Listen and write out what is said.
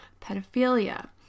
pedophilia